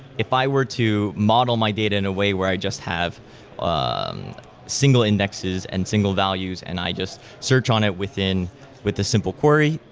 if i were to model my data in a way where i just have um single indexes and single values and i just search on it with the simple query,